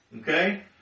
Okay